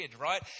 right